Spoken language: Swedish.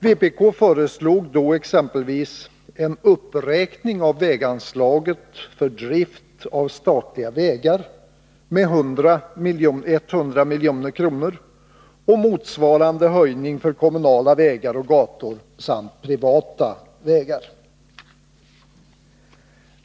Vpk föreslog då exempelvis en uppräkning av väganslaget till drift av statliga vägar med 100 milj.kr. och motsvarande höjning för kommunala vägar och gator samt privata vägar.